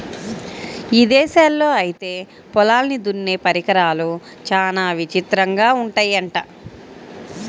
ఇదేశాల్లో ఐతే పొలాల్ని దున్నే పరికరాలు చానా విచిత్రంగా ఉంటయ్యంట